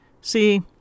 See